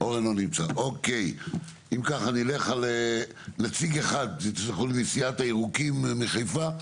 נציג אחד מהירוקים מחיפה.